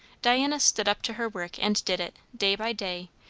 diana stood up to her work and did it, day by day,